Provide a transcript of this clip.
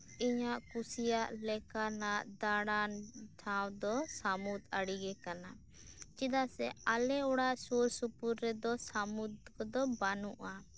ᱤᱧᱟᱜ ᱠᱩᱥᱤᱭᱟᱜ ᱞᱮᱠᱟᱱᱟᱜ ᱫᱟᱲᱟᱱ ᱴᱷᱟᱶᱫᱚ ᱥᱟᱹᱢᱩᱫᱽ ᱟᱲᱮᱜᱮ ᱠᱟᱱᱟ ᱪᱮᱫᱟᱥᱮ ᱟᱞᱮ ᱚᱲᱟᱜ ᱥᱩᱨ ᱥᱳᱯᱳᱨ ᱨᱮᱫᱚ ᱥᱟᱹᱢᱩᱫᱽ ᱠᱚᱫᱚ ᱵᱟᱹᱱᱩᱜᱼᱟ